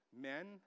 men